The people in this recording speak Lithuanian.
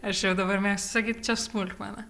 aš jau dabar mėgstu sakyt čia smulkmena